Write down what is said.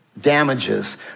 damages